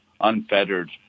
unfettered